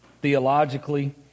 theologically